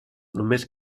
només